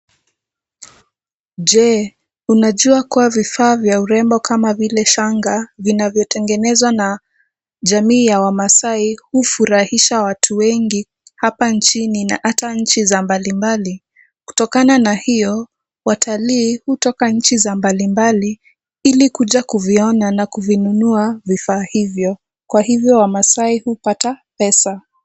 Je, unajua kuwa vifaa vya urembo kama vile shanga vinavyotengezwa na jamii ya wamasaai hufarahisha watu wengi hapa nchini na hata nchi za mbalimbali? Kutokana na hio watalii hutoka nchi za mbalimbali ili kuja kuviona na kuvinunua vifaa hivyo. Kwa hivyo wamasaai hupata pesa.